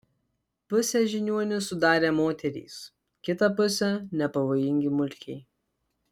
pusę žiniuonių sudarė moterys kitą pusę nepavojingi mulkiai